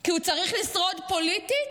כי הוא צריך לשרוד פוליטית?